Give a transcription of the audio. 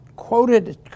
quoted